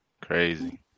Crazy